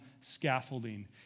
scaffolding